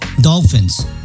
dolphins